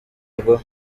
rwo